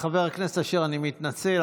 חבר הכנסת אשר, אני מתנצל.